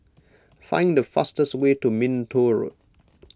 find the fastest way to Minto Road